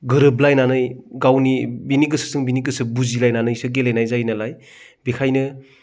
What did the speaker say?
गोरोबलायनानै गावनि बेनि गोसोजों बिनि गोसो बुजिलायनानैसो गेलेनाय जायो नालाय बेनिखायनो